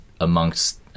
amongst